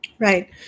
Right